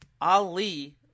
Ali